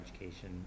education